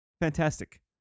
Fantastic